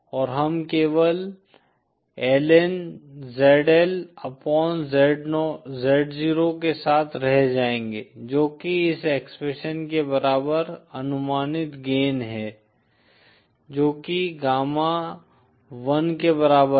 और हम केवल lnzl अपॉन z0 के साथ रह जायँगे जो कि इस एक्सप्रेशन के बराबर अनुमानित गेन है जो कि गामा1 के बराबर है